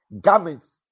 Garments